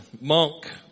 monk